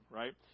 right